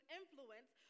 influence